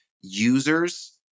users